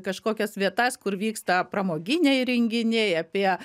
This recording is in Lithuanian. kažkokias vietas kur vyksta pramoginiai renginiai apie